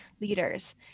leaders